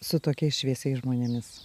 su tokiais šviesiais žmonėmis